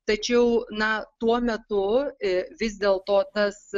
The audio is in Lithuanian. tačiau na tuo metu e vis dėl to tas